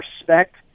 respect